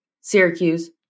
Syracuse